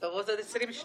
חבר הכנסת יזהר שי.